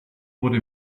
wurde